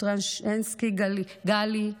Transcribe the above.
טרשנסקי גלי,